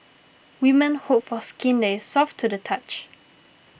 women hope for skin that is soft to the touch